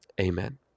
amen